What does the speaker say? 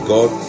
God